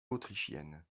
autrichienne